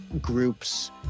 groups